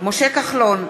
משה כחלון,